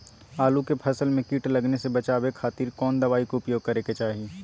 आलू के फसल में कीट लगने से बचावे खातिर कौन दवाई के उपयोग करे के चाही?